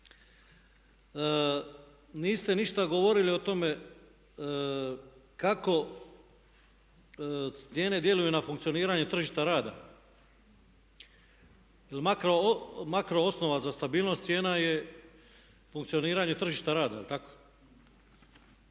Niste ništa govorili o tome kako cijene djeluju na funkcioniranje tržišta rada. Jer makro osnova za stabilnost cijena je funkcioniranje tržišta rada, jel' tako?